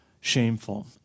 shameful